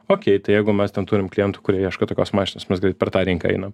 ok tai jeigu mes ten turim klientų kurie ieško tokios mašinos mes greit per tą rinką einam